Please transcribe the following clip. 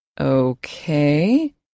Okay